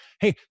Hey